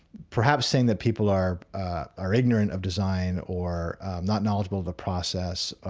perhaps saying that people are ah are ignorant of design or not knowledgeable the process,